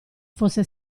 fosse